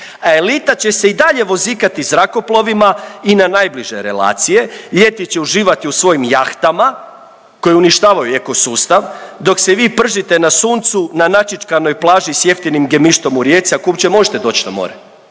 elita će se i dalje vozikati zrakoplovima i na najbliže relacije, ljeti će uživati u svojim jahtama koje uništavaju eko sustav dok se vi pržite na suncu na načičkanoj plaži s jeftinim gemištom u Rijeci, ako uopće možete doći na more.